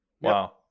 Wow